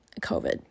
COVID